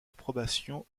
approbation